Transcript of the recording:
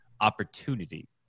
opportunity